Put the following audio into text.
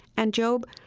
and job